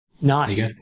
nice